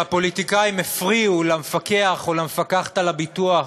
שהפוליטיקאים הפריעו למפקח או למפקחת על הביטוח